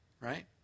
right